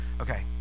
Okay